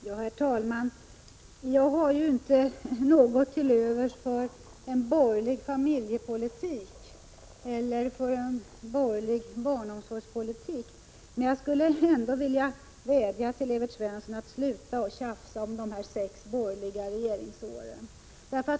Herr talman! Jag har ju inte något till övers för en borgerlig familjepolitik eller för en borgerlig barnomsorgspolitik. Men jag skulle ändå vilja vädja till Evert Svensson att sluta tjafsa om de sex borgerliga regeringsåren.